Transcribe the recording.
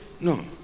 no